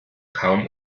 kaum